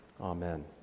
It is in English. Amen